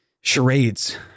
charades